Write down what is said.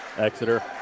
Exeter